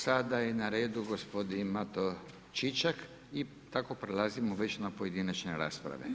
Sada je na redu gospodin Mato Čičak i tako prelazimo već na pojedinačne rasprave.